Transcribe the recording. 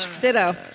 Ditto